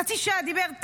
חצי שעה הוא דיבר,